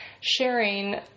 sharing